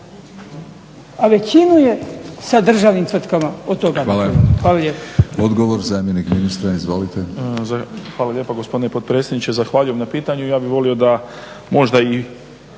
A većinu je sa državnim tvrtkama